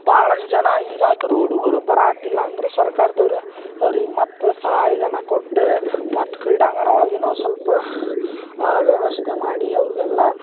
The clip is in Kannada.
ಭಾಳಷ್ಟು ಜನ ಈಗಾದರು ಹುಡುಗರು ಬರಾಹತ್ತಿಲ್ಲ ಅಂದರು ಸರ್ಕಾರ್ದವರು ಅವ್ರಿಗೆ ಮತ್ತು ಸಹಾಯ ಧನ ಕೊಟ್ಟು ಮತ್ತು ಕ್ರೀಡಾಂಗಣ ಒಳಗೆ ಏನೋ ಸ್ವಲ್ಪ ವ್ಯವಸ್ಥೆ ಮಾಡಿ ಅವ್ರ್ಗೆಲ್ಲ